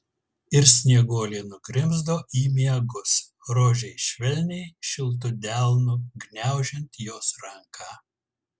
ir snieguolė nugrimzdo į miegus rožei švelniai šiltu delnu gniaužiant jos ranką